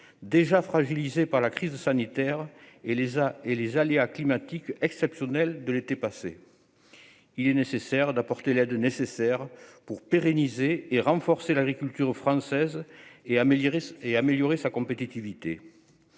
déjà fragilisée par la crise sanitaire et les et les aléas climatiques exceptionnelles de l'été passé, il est nécessaire d'apporter l'aide nécessaire pour pérenniser et renforcer l'agriculture française et améliorer et améliorer